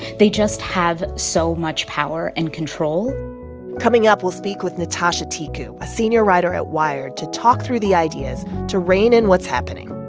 they just have so much power and control coming up, we'll speak with nitasha tiku, a senior writer at wired, to talk through the ideas to rein in what's happening.